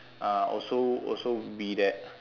uh also also be that